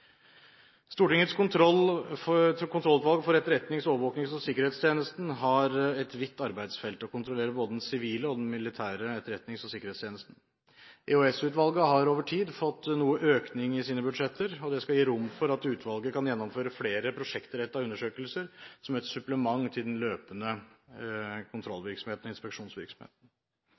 Stortingets kontrollutvalg for etterretnings-, overvåkings- og sikkerhetstjeneste har et vidt arbeidsfelt og kontrollerer både den sivile og den militære etterretnings- og sikkerhetstjenesten. EOS-utvalget har over tid fått noe økning i sine budsjetter, og det skal gi rom for at utvalget kan gjennomføre flere prosjektrettede undersøkelser som et supplement til den løpende kontrollvirksomheten og inspeksjonsvirksomheten.